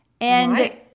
And-